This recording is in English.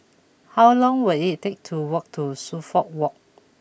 how long will it take to walk to Suffolk Walk